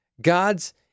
gods